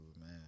man